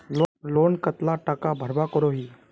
Loan कतला टाका भरवा करोही?